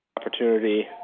opportunity